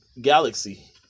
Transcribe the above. galaxy